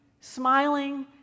smiling